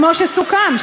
כמו שסוכם,